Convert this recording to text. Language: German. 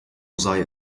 sei